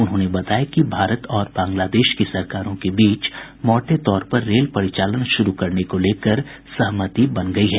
उन्होंने बताया कि भारत और बांग्लादेश की सरकारों के बीच मौटे तौर पर रेल परिचालन शुरू करने को लेकर सहमति बन गयी है